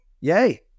Yay